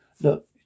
Look